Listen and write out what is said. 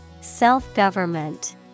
Self-government